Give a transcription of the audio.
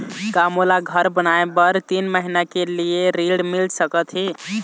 का मोला घर बनाए बर तीन महीना के लिए ऋण मिल सकत हे?